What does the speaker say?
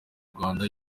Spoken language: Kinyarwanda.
rwanda